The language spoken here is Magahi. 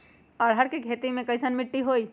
अरहर के खेती मे कैसन मिट्टी होइ?